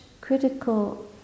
critical